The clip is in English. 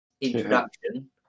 introduction